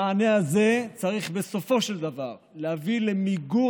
המענה הזה צריך בסופו של דבר להביא למיגור